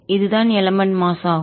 இதுதான் element mass நிறை ஆகும்